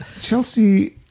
Chelsea